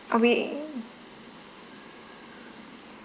we